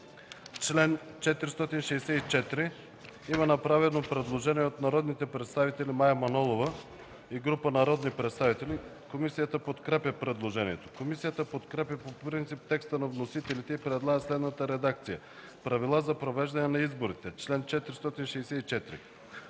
чл. 464 има направено предложение от Мая Манолова и група народни представители. Комисията подкрепя предложението. Комисията подкрепя по принцип текста на вносителите и предлага следната редакция на чл. 464: „Правила за произвеждане на изборите Чл. 464.